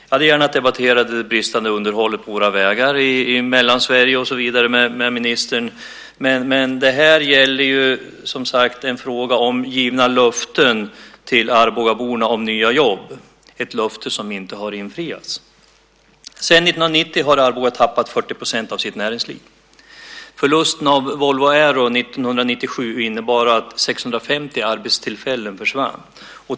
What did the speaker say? Jag hade gärna debatterat det bristande underhållet på våra vägar i Mellansverige med ministern, men det här gäller en fråga om givna löften till arbogaborna om nya jobb. Det är löfte som inte har infriats. Sedan 1990 har Arboga tappat 40 % av sitt näringsliv. Förlusten av Volvo Aero 1997 innebar att 650 arbetstillfällen försvann.